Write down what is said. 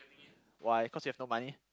why cause you have no money